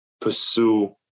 pursue